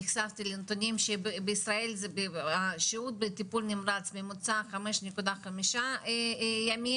נחשפתי לנתונים שבישראל השהות בטיפול נמרץ ממוצע 5.5 ימים,